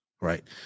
Right